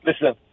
Listen